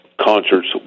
concerts